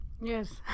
Yes